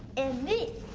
and this